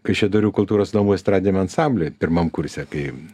kaišiadorių kultūros namų estradiniam ansambliui pirmam kurse kai